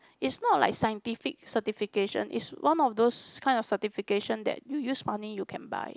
it's not like scientific certification it's one of those kind of certification that you use money you can buy